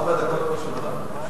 ארבע דקות כמו שלך.